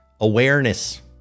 Awareness